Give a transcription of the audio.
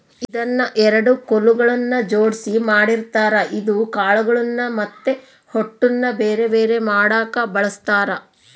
ಇದನ್ನ ಎರಡು ಕೊಲುಗಳ್ನ ಜೊಡ್ಸಿ ಮಾಡಿರ್ತಾರ ಇದು ಕಾಳುಗಳ್ನ ಮತ್ತೆ ಹೊಟ್ಟುನ ಬೆರೆ ಬೆರೆ ಮಾಡಕ ಬಳಸ್ತಾರ